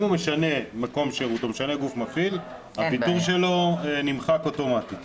אם הוא משנה מקום שירות או משנה גוף מפעיל הוויתור שלו נמחק אוטומטית,